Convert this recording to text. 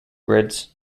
grids